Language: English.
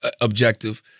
objective